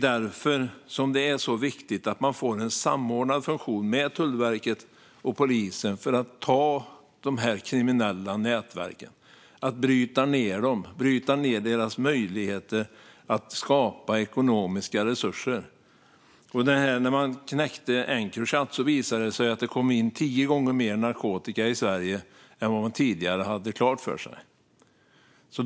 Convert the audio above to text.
Det är viktigt att få till en samordnad funktion med Tullverket och polisen för att bryta ned de kriminella nätverken och deras möjligheter att skapa ekonomiska resurser. När man knäckte Encrochat visade det sig att det kom in tio gånger mer narkotika i Sverige än vad man tidigare hade klart för sig.